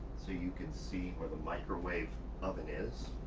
so you can see where the microwave oven is.